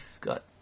got